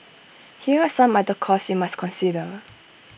here are some other costs you must consider